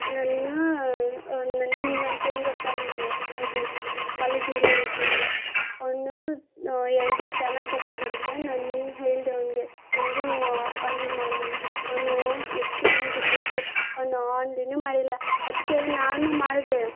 ನನ್ನ ನನ್ನ ನನ್ನ ಫ್ರೆಂಡ್ ಗೊತ್ತಾ ನಿನಗೆ ಅದು ಕಾಲೇಜ್ನಲ್ಲಿ ಇದಾನಲ್ಲ ಅವ್ನು ಎರಡು ಸ್ಕ್ಯಾನರ್ ತಗೊಂಡು ಬಂದಿದೆ ನಾನ್ ಹೇಳಿದೆ ಅವನಿಗೆ ನನಗೂ ಆನ್ಲೈನ್ ಮಾಡು ಮಗ ಅವನು ಎಷ್ಟು ಅವನಿಗೆ ಕೊಬ್ಬು ಅವನು ಆನ್ಲೈನೇ ಮಾಡಿಲ್ಲ ಅದಕ್ಕೆ ನಾನು ಮಾಡಿದೆ